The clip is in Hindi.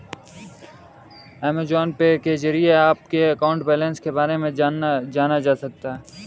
अमेजॉन पे के जरिए अपने अकाउंट बैलेंस के बारे में जाना जा सकता है